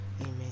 amen